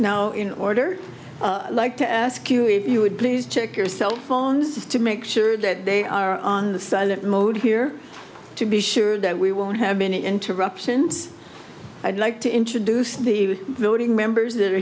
now in order like to ask you if you would please check your cell phones to make sure that they are on the silent mode here to be sure that we won't have many interruptions i'd like to introduce the voting members that are